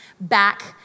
back